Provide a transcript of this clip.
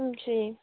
जी